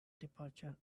departure